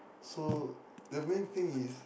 so the main thing is